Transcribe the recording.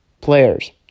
players